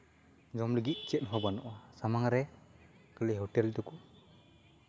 ᱡᱚᱢ ᱞᱟᱹᱜᱤᱫ ᱪᱮᱫ ᱦᱚᱸ ᱵᱟᱹᱱᱩᱜᱼᱟ ᱥᱟᱢᱟᱝ ᱨᱮ ᱠᱷᱟᱹᱞᱤ ᱦᱳᱴᱮᱞ ᱴᱩᱠᱩ